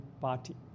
party